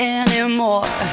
anymore